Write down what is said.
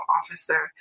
officer